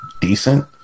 decent